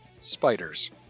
Spiders